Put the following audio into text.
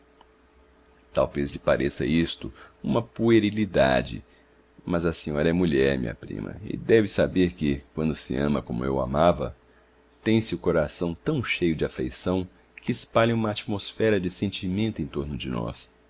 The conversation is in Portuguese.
meu talvez lhe pareça isto uma puerilidade mas a senhora é mulher minha prima e deve saber que quando se ama como eu amava tem-se o coração tão cheio de afeição que espalha uma atmosfera de sentimento em torno de nós